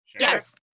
Yes